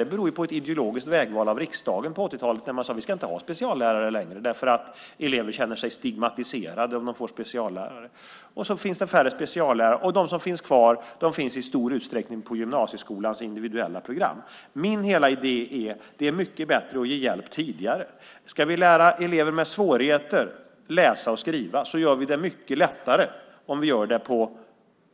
Det beror på ett ideologiskt vägval av riksdagen på 80-talet, då man sade att vi inte skulle ha speciallärare längre, därför att elever känner sig stigmatiserade om de får speciallärare. Det finns nu färre speciallärare, och de som finns kvar finns i stor utsträckning på gymnasieskolans individuella program. Min hela idé är att det är mycket bättre att ge hjälp tidigare. Ska vi lära elever med svårigheter att läsa och skriva gör vi det mycket lättare om vi gör det på